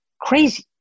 Crazy